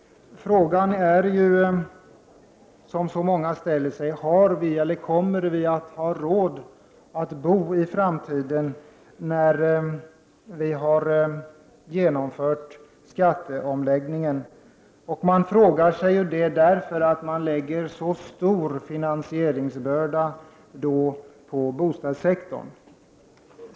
En fråga som många ställer sig är: Kommer vi att ha råd att bo i framtiden när skatteomläggningen är genomförd? Anledningen till att man ställer sig denna fråga är att det läggs så stor finansieringsbörda på bostadssektorn.